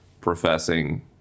professing